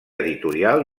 editorial